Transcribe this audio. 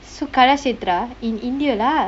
so kalakshetra in india lah